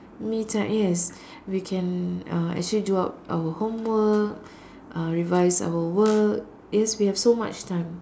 me time yes we can uh actually do our our homework uh revise our work because we have so much time